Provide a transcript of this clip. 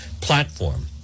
platform